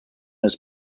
his